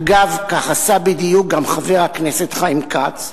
אגב, כך עשה בדיוק גם חבר הכנסת חיים כץ,